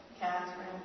Catherine